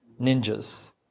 ninjas